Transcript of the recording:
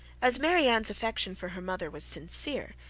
as marianne's affection for her mother was sincere,